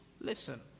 Listen